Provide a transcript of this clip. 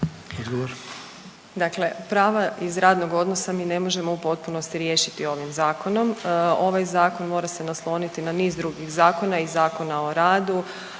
Odgovor.